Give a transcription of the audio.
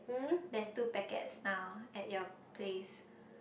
there's two packets now at your place